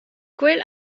quel